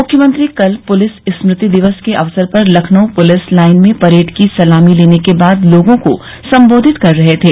मुख्यमंत्री कल पुलिस स्मृति दिवस के अवसर पर लखनऊ पुलिस लाइन में परेड की सलामी लेने के बाद लोगों को सम्बोधित कर रहे थे